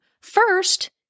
First